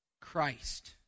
Christ